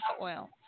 oil